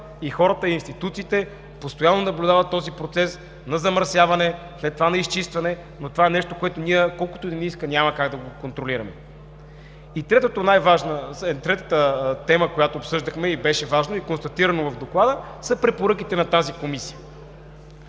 и хората, институциите постоянно наблюдават този процес на замърсяване, след това на изчистване, но това е нещо, което ние колкото и да искаме, няма как да контролираме. Третата тема, която беше важна и констатирана в Доклада, са препоръките на тази Комисия.